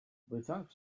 without